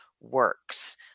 works